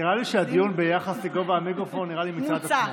נראה לי שהדיון ביחס לגובה המיקרופון מיצה את עצמה.